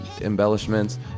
embellishments